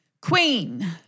Queen